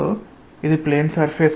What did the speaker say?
so ఇది plane surface